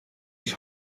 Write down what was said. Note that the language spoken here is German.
ich